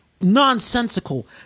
nonsensical